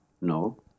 No